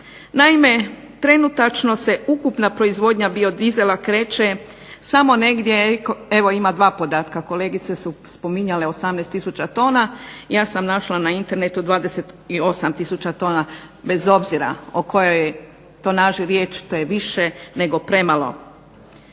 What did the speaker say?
Naime, trenutačno se ukupna proizvodnja biodizela kreće samo negdje evo ima 2 podatka, kolegice su spominjale 18 tisuća tona, ja sam našla na internetu 28 tisuća tona. Bez obzira o kojoj je tonaži riječ to je više nego premalo.